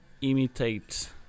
imitate